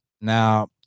Now